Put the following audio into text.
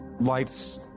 lights